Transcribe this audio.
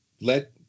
let